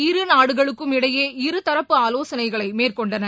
இரு நாடுகளுக்கும் இடையே இருதரப்பு ஆலோசனைகளை மேற்கொண்டன